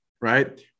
right